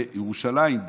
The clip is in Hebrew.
בירושלים,